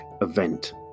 event